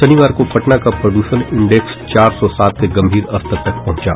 शनिवार को पटना का प्रद्षण इंडेक्स चार सौ सात के गंभीर स्तर तक पहुंचा